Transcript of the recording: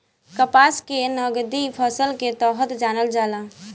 कपास के नगदी फसल के तरह जानल जाला